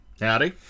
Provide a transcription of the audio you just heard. Howdy